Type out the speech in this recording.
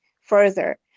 further